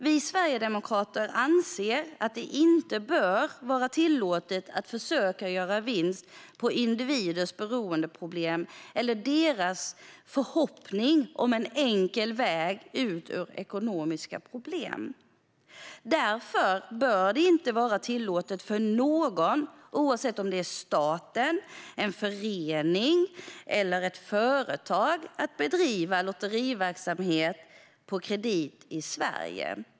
Vi sverigedemokrater anser att det inte bör vara tillåtet att försöka göra vinst på individers beroendeproblem eller deras förhoppning om en enkel väg ut ur ekonomiska problem. Därför bör det inte vara tillåtet för någon, oavsett om det är staten, en förening eller ett företag, att bedriva lotteriverksamhet på kredit i Sverige.